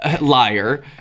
liar